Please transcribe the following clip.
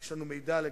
משטרת ישראל,